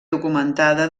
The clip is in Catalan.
documentada